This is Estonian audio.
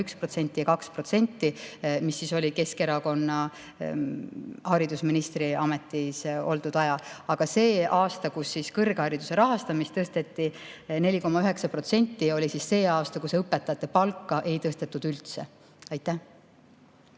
3,1% ja 2%, mis oli Keskerakonna haridusministri ametis oldud ajal. Aga see aasta, kus kõrghariduse rahastamist suurendati 4,9%, oli see aasta, kui õpetajate palka ei tõstetud üldse. Taavi